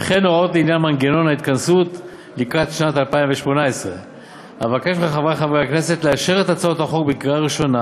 וכן הוראות לעניין מנגנון ההתכנסות לקראת שנת 2018. אבקש מחברי חברי הכנסת לאשר את הצעות החוק בקריאה ראשונה